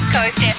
Coast